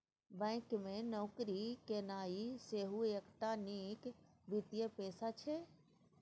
bank मे नौकरी केनाइ सेहो एकटा नीक वित्तीय पेशा छै